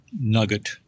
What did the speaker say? nugget